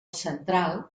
central